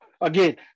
again